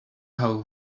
how